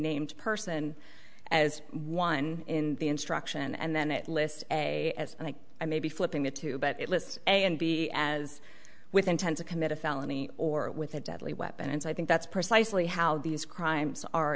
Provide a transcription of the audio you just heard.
named person as one in the instruction and then it lists a as and i may be flipping that too but it lists a and b as with intent to commit a felony or with a deadly weapon and i think that's precisely how these crimes are